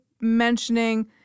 mentioning